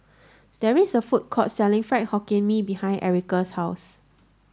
there is a food court selling Fried Hokkien Mee behind Erika's house